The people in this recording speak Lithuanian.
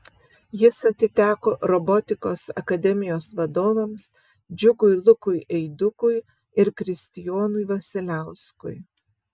jis atiteko robotikos akademijos vadovams džiugui lukui eidukui ir kristijonui vasiliauskui